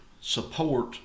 support